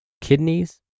kidneys